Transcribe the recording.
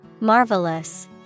Marvelous